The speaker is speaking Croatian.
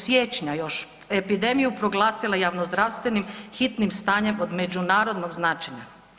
Siječnja još epidemiju proglasila javno-zdravstvenim hitnim stanjem od međunarodnog značenja.